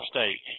State